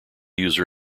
user